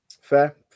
Fair